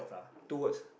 two words